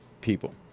people